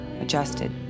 adjusted